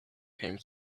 came